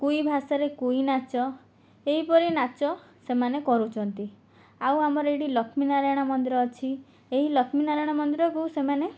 କୁଇ ଭାଷାରେ କୁଇ ନାଚ ଏହିପରି ନାଚ ସେମାନେ କରୁଛନ୍ତି ଆଉ ଆମର ଏଠି ଲକ୍ଷ୍ମୀ ନାରାୟଣ ମନ୍ଦିର ଅଛି ଏହି ଲକ୍ଷ୍ମୀ ନାରାୟଣ ମନ୍ଦିରକୁ ସେମାନେ